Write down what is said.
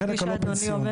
בחלק הלא פנסיוני.